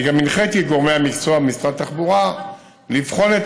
אני גם הנחיתי את גורמי המקצוע במשרד התחבורה לבחון את